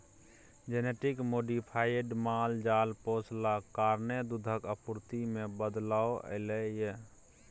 genetic modified माल जाल पोसलाक कारणेँ दुधक आपुर्ति मे बदलाव एलय यै